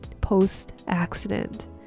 post-accident